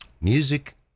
Music